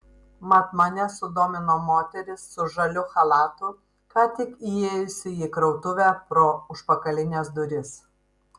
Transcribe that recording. mat mane sudomino moteris su žaliu chalatu ką tik įėjusi į krautuvę pro užpakalines duris